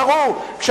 כבר קרו דברים כאלה.